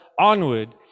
onward